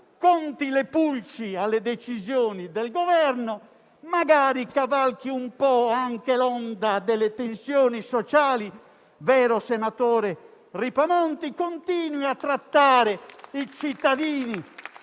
conti le pulci alle decisioni del Governo, magari cavalchi un po' anche l'onda delle tensioni sociali - vero senatore Ripamonti? - e continui a trattare i cittadini